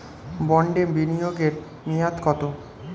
বন্ডে বিনিয়োগ এর মেয়াদ কত?